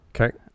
Okay